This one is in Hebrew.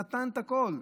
נתן את הכול,